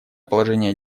положение